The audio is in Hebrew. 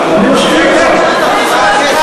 והעליתם את אחוז החסימה,